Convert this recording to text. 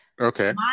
okay